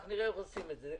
אנחנו נראה איך עושים את זה.